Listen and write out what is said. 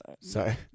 sorry